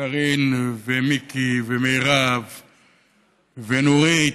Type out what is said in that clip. קארין ומיקי ומירב ונורית,